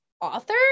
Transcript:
author